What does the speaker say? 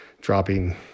dropping